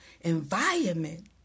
environment